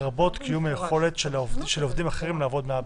לרבות קיום היכולת של עובדים אחרים לעבוד מהבית.